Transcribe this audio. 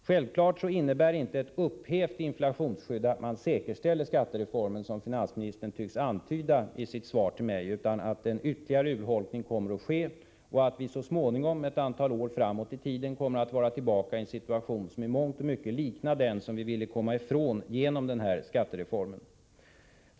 Självfallet innebär inte ett upphävt inflationsskydd att man säkerställer skattereformen, som finansministern påstår i sitt svar till mig. Det kommer att bli fråga om en ytterligare urholkning, och vi kommer efter ett antal år att vara tillbaka i en situation som i mångt och mycket liknar den som vi ville komma ifrån genom skattereformen.